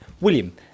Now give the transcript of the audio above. William